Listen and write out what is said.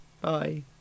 Bye